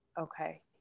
Okay